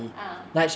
ah